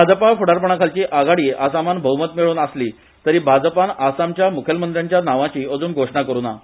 भाजपा फुडारपणाखालची आघाडी आसामान भौमत मेळोवन आसली तरी भाजपान आसामच्या मुर्खलमंत्र्यांच्या नावाची अजून घोषणा करू ना